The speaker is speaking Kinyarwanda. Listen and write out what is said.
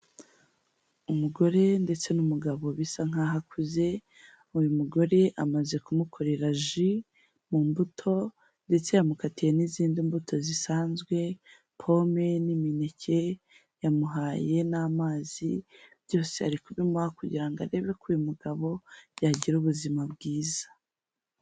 Umugore ndetse n'umugabo bisa nkaho akuze, uyu mugore amaze kumukorera ji mu mbuto ndetse yamukatiye n'izindi mbuto zisanzwe pome n'imineke, yamuhaye n'amazi, byose ari kubimuha kugira ngo arebe ko uyu mugabo yagira ubuzima bwiza.